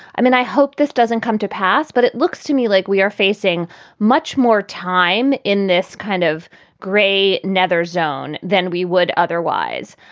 i mean, i hope this doesn't come to pass. but it looks to me like we are facing much more time in this kind of gray nether zone than we would otherwise.